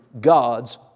God's